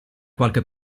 qualche